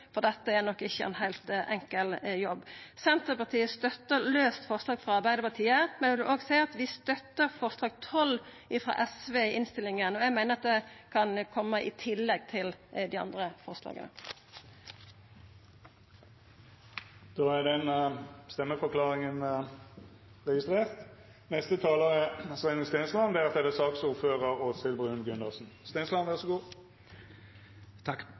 for dette er nok ikkje ein heilt enkel jobb. Senterpartiet støttar det lause forslaget frå Arbeidarpartiet, forslag nr. 15, men eg vil òg seia at vi støttar forslag nr. 12, frå SV, i innstillinga. Eg meiner at det kan koma i tillegg til dei andre forslaga. Alkoholpolitikk er ikke symbolpolitikk. Alkohol er det mest skadelige rusmiddelet vi har. Jeg er